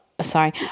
sorry